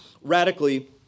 radically